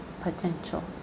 potential